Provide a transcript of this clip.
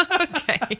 Okay